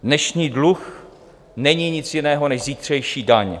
Dnešní dluh není nic jiného než zítřejší daň.